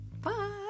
bye